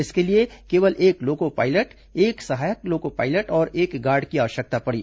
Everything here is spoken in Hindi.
इसके लिए केवल एक लोको पायलट एक सहायक लोको पायलट और एक गार्ड की आवश्यकता पड़ी